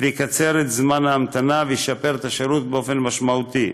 יקצר את זמן המתנה וישפר את השירות באופן משמעותי.